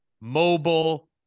mobile